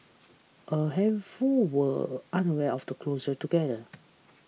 a handful were unaware of the closure altogether